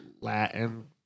Latin